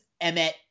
Emmet